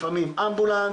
לפעמים אמבולנס,